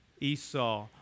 Esau